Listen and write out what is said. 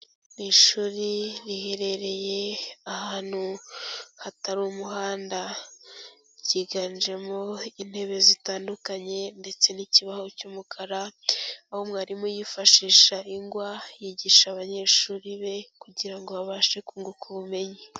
Ni ishuri riherereye ahantu hatari umuhanda. Ryiganjemo intebe zitandukanye ndetse n'ikibaho cy'umukara, aho mwarimu yifashisha ingwa yigisha abanyeshuri be kugira ngo babashe kunguka ubumenyi.